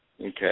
Okay